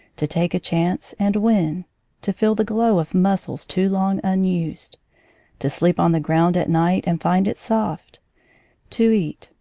to take a chance, and win to feel the glow of muscles too long unused to sleep on the ground at night and find it soft to eat,